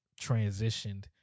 transitioned